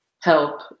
help